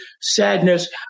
sadness